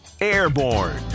airborne